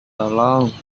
tolong